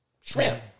shrimp